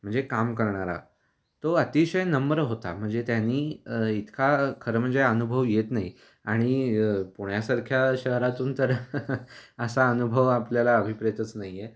म्हणजे काम करणारा तो अतिशय नम्र होता म्हणजे त्यांनी इतका खरं म्हणजे अनुभव येत नाही आणि पुण्यासारख्या शहरातून तर असा अनुभव आपल्याला अभिप्रेतच नाही आहे